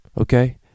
Okay